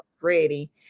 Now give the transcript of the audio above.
ready